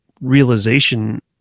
realization